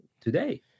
today